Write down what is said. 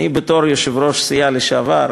בתור יושב-ראש הסיעה לשעבר,